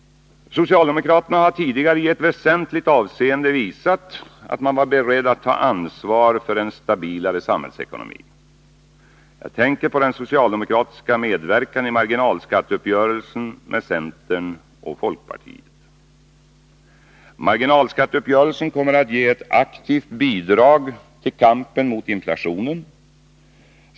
Socialdemokraterna har tidigare i ett väsentligt avseende visat att de varit beredda att ta ansvar för en stabilare samhällsekonomi. Jag tänker på den socialdemokratiska medverkan i marginalskatteuppgörelsen med centern och folkpartiet. Marginalskatteuppgörelsen kommer att ge ett aktivt bidrag till kampen mot inflationen.